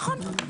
נכון.